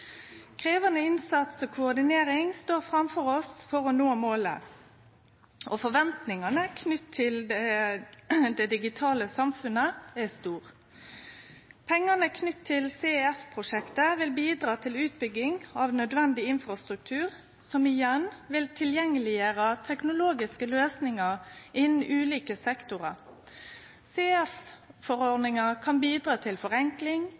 Krevjande innsats og koordinering står framfor oss for å nå målet, og forventningane knytte til det digitale samfunnet er store. Pengane knytte til CEF-prosjektet vil bidra til utbygging av nødvendig infrastruktur, som igjen vil gjere teknologiske løysingar innan ulike sektorar tilgjengelege. CEF-forordninga kan bidra til forenkling,